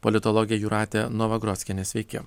politologė jūratė novagrockienė sveiki